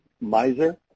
Miser